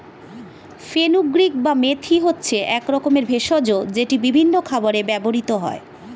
fenugreek বা মেথি হচ্ছে এক রকমের ভেষজ যেটি বিভিন্ন খাবারে ব্যবহৃত হয়